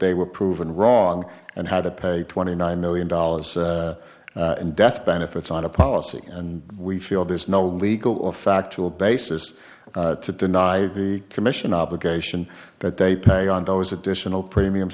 they were proven wrong and how to pay twenty nine million dollars and death benefits on a policy and we feel there's no legal or factual basis to deny the commission obligation that they pay on those additional premiums